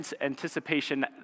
anticipation